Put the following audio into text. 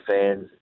fans